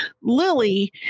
Lily